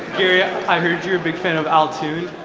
gary, i heard you're a big fan of altoon.